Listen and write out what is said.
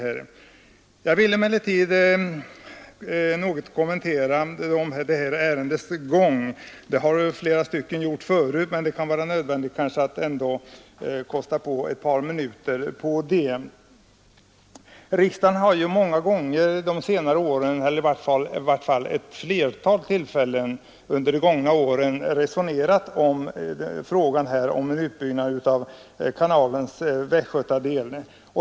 Jag vill emellertid något kommentera ärendets gång. Det har visserligen flera talare redan gjort, men det kanske ändå kan vara nödvändigt att offra ett par minuter till på detta. Riksdagen har många gånger — eller i varje fall vid ett flertal tillfällen — under senare åren resonerat om en utbyggnad av kanalens västgötadel.